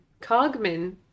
Cogman